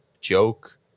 joke